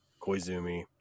Koizumi